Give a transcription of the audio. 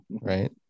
Right